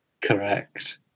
Correct